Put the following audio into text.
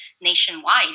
nationwide